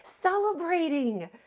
celebrating